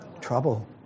Trouble